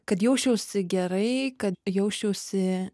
kad jausčiausi gerai kad jausčiausi